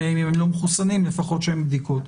אם הם לא מחוסנים, לפחות את הבדיקות?